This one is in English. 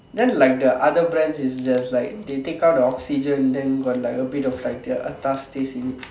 then like other brands is just like they take out the oxygen then got like abit of the like the Atas taste in it